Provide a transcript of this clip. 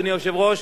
אדוני היושב-ראש,